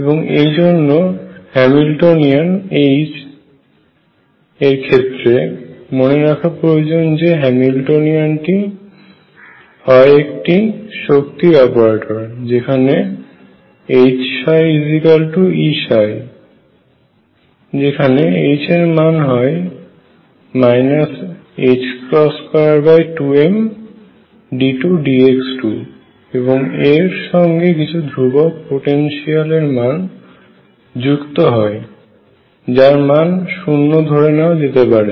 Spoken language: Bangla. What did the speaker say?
এবং এই জন্য হ্যামিল্টনিয়ান H এর ক্ষেত্রে মনে রাখা প্রয়োজন যে এই হ্যামিল্টনিয়ান টি হয় একটি শক্তির অপারেটর যেখানে HψEψ যেখানে H এর মান হয় 22md2dx2 এবং এর সঙ্গে কিছু ধ্রুবক পোটেনশিয়াল এর মান যুক্ত হয় যার মান 0 ধরে নেওয়া যেতে পারে